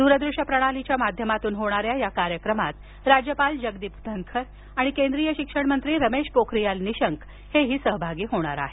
दूरदृष्य प्रणालीच्या माध्यमातून होणाऱ्या या कार्यक्रमात राज्यपाल जगदीप धन्खर आणि केंद्रीय शिक्षणमंत्री रमेश पोखारीयाल निशंक हेही सहभागी होणार आहेत